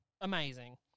Amazing